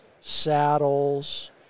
saddles